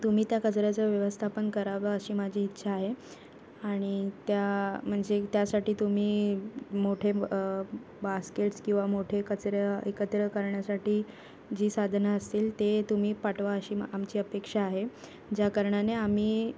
तुम्ही त्या कचऱ्याचं व्यवस्थापन करावं अशी माझी इच्छा आहे आणि त्या म्हणजे त्यासाठी तुम्ही मोठे बास्केट्स किंवा मोठे कचरा एकत्र करण्यासाठी जी साधनं असतील ते तुम्ही पाठवा अशी आमची अपेक्षा आहे ज्या कारणाने आम्ही